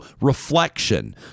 reflection